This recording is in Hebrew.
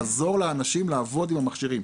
לעזור לאנשים לעבוד עם המכשירים,